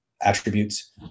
attributes